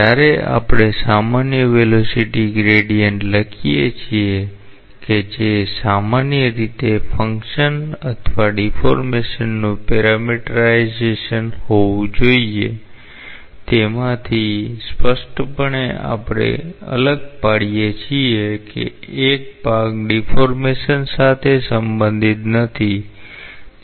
જ્યારે આપણે સામાન્ય વેલોસીટી ગ્રેડીયન્ટ લખીએ છીએ કે જે સામાન્ય રીતે ફંકશન અથવા ડીફૉર્મેશનનું પેરામીટરાઇઝેશન હોવું જોઈએ તેમાંથી સ્પષ્ટપણે આપણે અલગ પાડીએ છીએ કે એક ભાગ ડીફૉર્મેશન સાથે સંબંધિત નથી